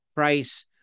price